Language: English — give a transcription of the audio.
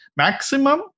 maximum